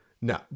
No